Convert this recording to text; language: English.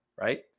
right